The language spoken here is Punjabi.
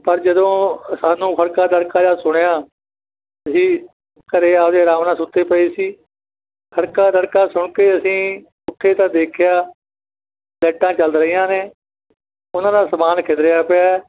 ਪਰ ਜਦੋਂ ਸਾਨੂੰ ਖੜਕਾ ਦੜਕਾ ਜਿਹਾ ਸੁਣਿਆ ਅਸੀਂ ਘਰ ਆਪਣੇ ਆਰਾਮ ਨਾਲ ਸੁੱਤੇ ਪਏ ਸੀ ਖੜਕਾ ਦੜਕਾ ਸੁਣ ਕੇ ਅਸੀਂ ਉੱਠੇ ਤਾਂ ਦੇਖਿਆ ਲੈਟਾਂ ਚੱਲ ਰਹੀਆਂ ਨੇ ਉਹਨਾਂ ਦਾ ਸਮਾਨ ਖਿਲਰਿਆ ਪਿਆ